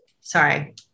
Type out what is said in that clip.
Sorry